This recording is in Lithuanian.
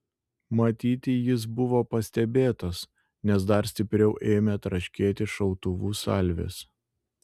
matyt jis buvo pastebėtas nes dar stipriau ėmė traškėti šautuvų salvės